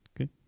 Okay